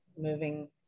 moving